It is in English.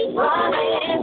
Running